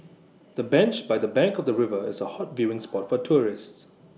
the bench by the bank of the river is A hot viewing spot for tourists